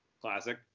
Classic